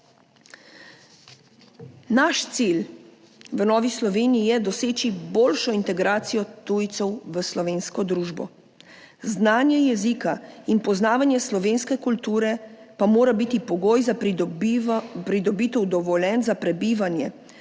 Naš cilj v Novi Sloveniji je doseči boljšo integracijo tujcev v slovensko družbo. Znanje jezika in poznavanje slovenske kulture pa mora biti pogoj za pridobitev dovoljenj za prebivanje,